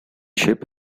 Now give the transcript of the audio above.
ship